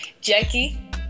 jackie